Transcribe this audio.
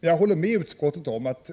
Men jag håller med utskottet om att